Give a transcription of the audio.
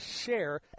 share